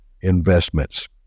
investments